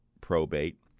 probate